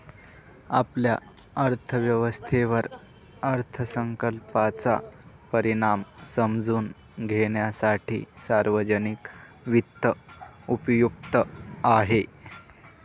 आपल्या अर्थव्यवस्थेवर अर्थसंकल्पाचा परिणाम समजून घेण्यासाठी सार्वजनिक वित्त उपयुक्त आहे